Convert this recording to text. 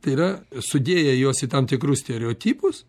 tai yra sudėję juos į tam tikrus stereotipus